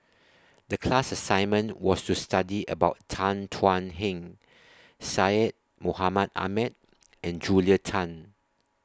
The class assignment was to study about Tan Thuan Heng Syed Mohamed Ahmed and Julia Tan